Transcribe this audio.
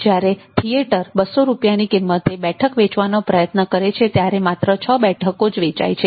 જ્યારે થિયેટર 200 રૂપિયાની કિંમતે બેઠક વેચવાનો પ્રયત્ન કરે છે ત્યારે માત્ર 6 બેઠકો જ વેચાય છે